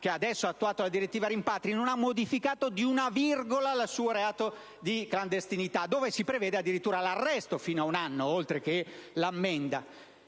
che ha attuato la direttiva rimpatri, non ha modificato di una virgola il reato di clandestinità, per il quale si prevede addirittura l'arresto fino a un anno, oltre che l'ammenda.